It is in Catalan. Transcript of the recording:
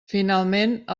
finalment